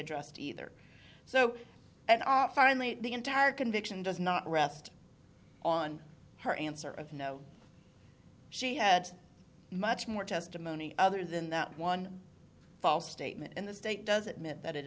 addressed either so at off finally the entire conviction does not rest on her answer of no she had much more testimony other than that one false statement and the state does admit that it